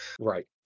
Right